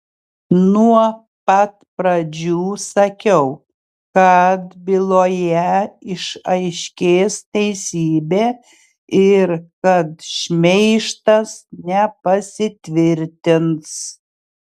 nuo pat pradžių sakiau kad byloje išaiškės teisybė ir kad šmeižtas nepasitvirtins